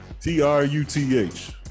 T-R-U-T-H